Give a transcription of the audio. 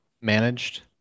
managed